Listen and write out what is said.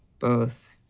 both.